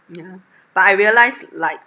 yeah but I realise like